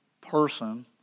person